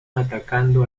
atacando